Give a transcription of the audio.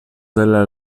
della